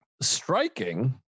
striking